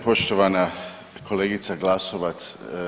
Poštovana kolegice Glasovac.